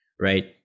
right